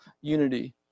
unity